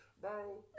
Bro